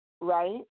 right